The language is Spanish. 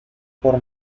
por